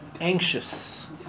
Anxious